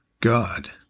God